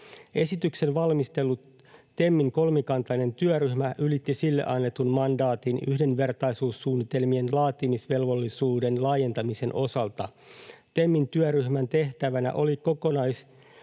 Esityksen valmistellut TEMin kolmikantainen työryhmä ylitti sille annetun mandaatin yhdenvertaisuussuunnitelmien laatimisvelvollisuuden laajentamisen osalta. TEMin työryhmän tehtävänä oli kokonaistoimeksiannon